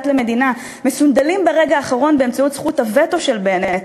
ומדינה מסונדלים ברגע האחרון באמצעות זכות הווטו של בנט,